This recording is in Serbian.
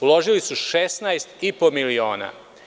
Uložili su 16 i po miliona.